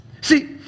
See